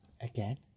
again